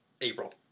April